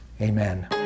amen